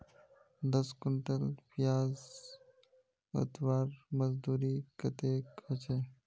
दस कुंटल प्याज उतरवार मजदूरी कतेक होचए?